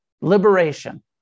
liberation